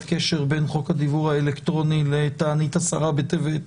קשר בין חוק הדיוור האלקטרוני לתענית י' בטבת,